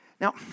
Now